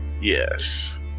Yes